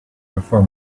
before